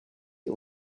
die